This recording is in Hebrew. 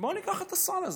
בוא ניקח את הסל הזה,